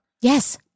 Yes